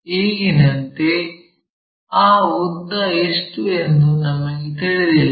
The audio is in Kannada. ಈಗಿನಂತೆ ಆ ಉದ್ದ ಎಷ್ಟು ಎಂದು ನಮಗೆ ತಿಳಿದಿಲ್ಲ